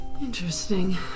Interesting